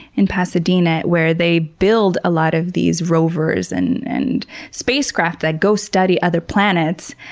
in pasadena, where they build a lot of these rovers and and space craft that go study other planets,